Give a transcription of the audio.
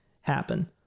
happen